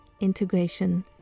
Integration